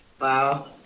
Wow